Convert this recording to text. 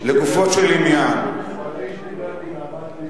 אבל האיש דיבר מנהמת לבו.